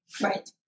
Right